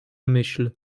myśl